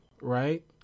right